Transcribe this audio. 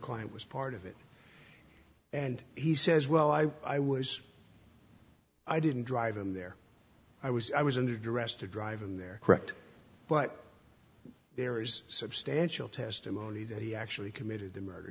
client was part of it and he says well i i was i didn't drive him there i was i was under duress to drive him there correct but there's substantial testimony that he actually committed the murder